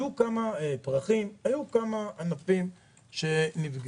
הפרחים, היו כמה ענפים שנפגעו.